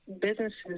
businesses